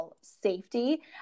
safety